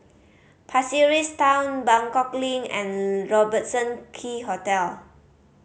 Pasir Ris Town Buangkok Link and Robertson Quay Hotel